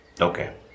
Okay